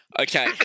Okay